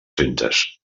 centes